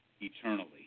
eternally